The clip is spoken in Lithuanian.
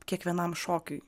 kiekvienam šokiui